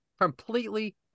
completely